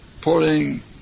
pouring